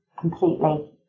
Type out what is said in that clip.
completely